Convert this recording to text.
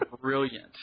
brilliant